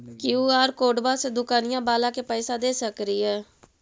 QR कोडबा से दुकनिया बाला के पैसा दे सक्रिय?